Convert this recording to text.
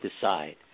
decide